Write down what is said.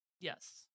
Yes